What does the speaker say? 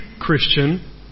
Christian